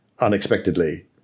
unexpectedly